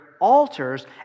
altars